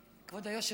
כבוד היושב-ראש,